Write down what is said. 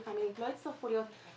פגיעה מינית לא הצטרכו להיות מאושפזות,